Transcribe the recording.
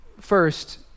First